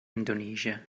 indonesia